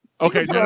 Okay